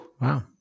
Wow